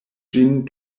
ĝin